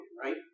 right